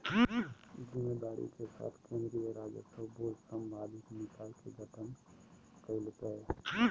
जिम्मेदारी के साथ केन्द्रीय राजस्व बोर्ड सांविधिक निकाय के गठन कइल कय